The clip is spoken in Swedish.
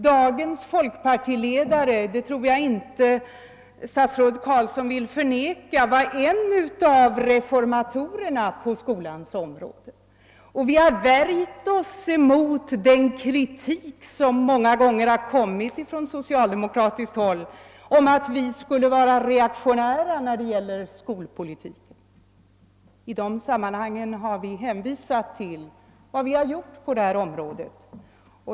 Dagens folkpartiledare — det tror jag inte statsrådet Carlsson vill förneka — var en av reformatorerna på skolans område, och vi har värjt oss emot den kritik som många gånger har riktats mot oss från socialdemokratiskt håll om att vi skulle vara reaktionära när det gäller skolpolitiken. I sådana sammanhang har vi hänvisat till vad vi gjort på detta område.